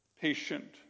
patient